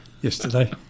yesterday